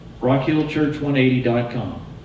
RockHillChurch180.com